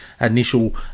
Initial